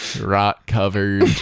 rot-covered